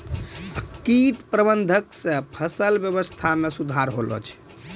कीट प्रबंधक से फसल वेवस्था मे सुधार होलो छै